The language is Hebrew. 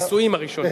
בנישואים הראשונים.